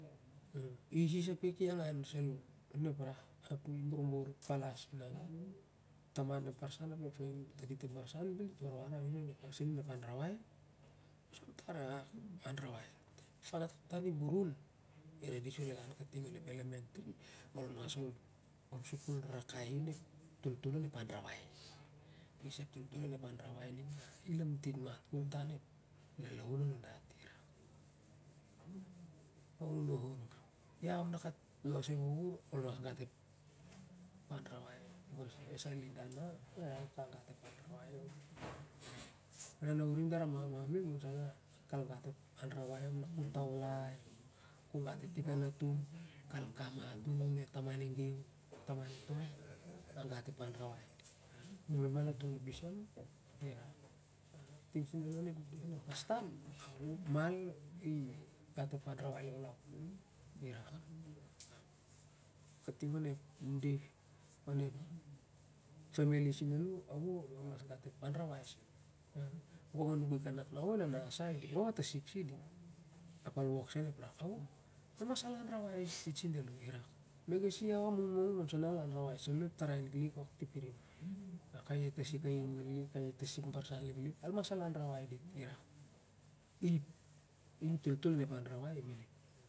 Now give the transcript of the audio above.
I isis ap ki angan salo op rah ap ki borbor palas kobot sah lo tandit ep fanat bel dira re warwar arin ep fanat onep pasin onep anrai ol sukul ra ra kai i onep pasin onep anrawai.